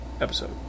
episode